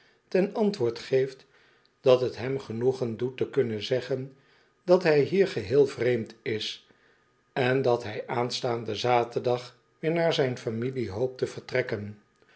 ten antwoord geeft dat t hem genoegen doet te kunnen zeggen dat hij hier geheel vreemd is en dat hij aanstaanden zaterdag weer naar zijne familie hoopt te vertrekken